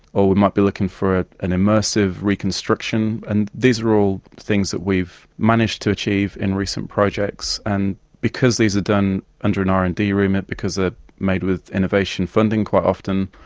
or we might be looking for an immersive reconstruction. and these are all things that we've managed to achieve in recent projects. and because these are done under an r and d remit, because they're ah made with innovation funding quite often,